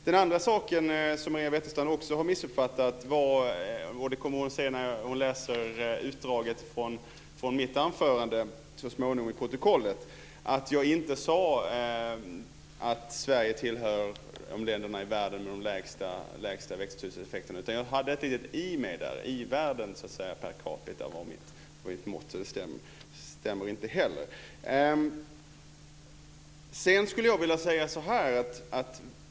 Den andra saken som Maria Wetterstrand har missuppfattat - och det kommer hon att se när hon så småningom läser mitt anförande i protokollet - är att jag inte sade att Sverige tillhör de länder i världen som har de lägsta växthuseffekterna. Jag hade ett litet "i" med också, dvs. i-världen. Per capita i i-världen var mitt mått, så det stämmer inte heller.